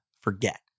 forget